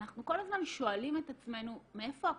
אנחנו כל הזמן שואלים את עצמנו מאיפה הכוחות,